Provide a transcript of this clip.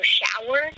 shower